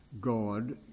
God